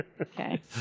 Okay